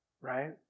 Right